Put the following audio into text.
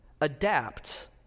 adapt